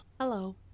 Hello